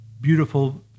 beautiful